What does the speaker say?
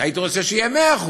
הייתי רוצה שיהיה 100%,